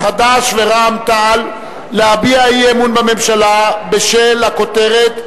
חד"ש ורע"ם-תע"ל להביע אי-אמון בממשלה בשל הכותרת: